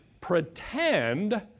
pretend